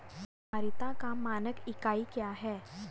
धारिता का मानक इकाई क्या है?